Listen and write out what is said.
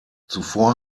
zuvor